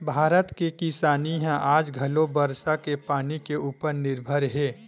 भारत के किसानी ह आज घलो बरसा के पानी के उपर निरभर हे